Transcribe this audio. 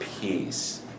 peace